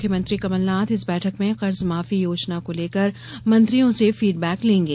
मुख्यमंत्री कमलनाथ इस बैठक में कर्जमाफी योजना को लेकर मंत्रियों से फीडबैक लेंगे